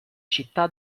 città